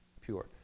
pure